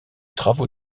travaux